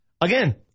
Again